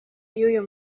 yuyu